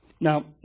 Now